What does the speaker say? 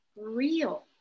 real